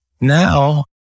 Now